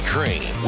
Cream